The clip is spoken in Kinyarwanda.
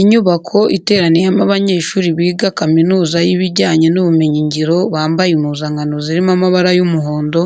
Inyubako iteraniyemo abanyeshuri biga kaminuza yibiryanye n'ubumenyingiro bambaye impuzankano zirimo amabara y'umuhondo,